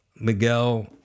Miguel